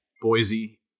Boise